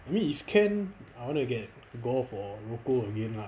I mean if can I want to get golf or roko again lah